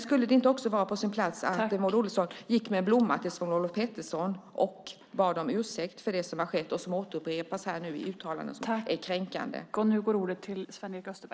Skulle det inte vara på sin plats att Maud Olofsson gick med en blomma till Lars-Olof Pettersson och bad om ursäkt för det som har skett och som nu upprepas i uttalanden som är kränkande?